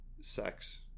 sex